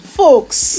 folks